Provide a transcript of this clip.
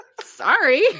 Sorry